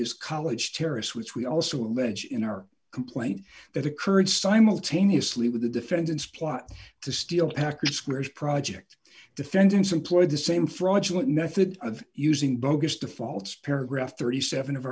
is college terrace which we also allege in our complaint that occurred simultaneously with the defendants plot to steal packer squares project defendants employed the same fraudulent method of using bogus defaults paragraph thirty seven